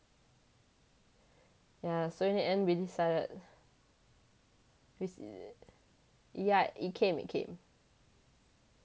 yeah so in the end we decided we yeah it came it came